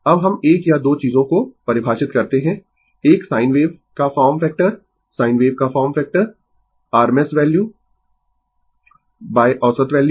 अब हम 1 या 2 चीजों को परिभाषित करते है एक साइन वेव का फॉर्म फैक्टर साइन वेव का फॉर्म फैक्टर rms वैल्यू औसत वैल्यू